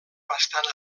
bastant